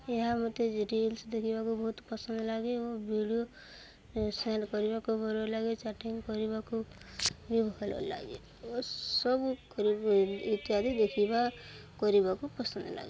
ଏହା ମୋତେ ରିଲ୍ସ ଦେଖିବାକୁ ବହୁତ ପସନ୍ଦ ଲାଗେ ଓ ଭିଡ଼ିଓ ସେୟାର କରିବାକୁ ଭଲ ଲାଗେ ଚାଟିଙ୍ଗ କରିବାକୁ ବି ଭଲଲାଗେ ଓ ସବୁ ଇତ୍ୟାଦି ଦେଖିବା କରିବାକୁ ପସନ୍ଦ ଲାଗେ